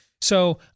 So-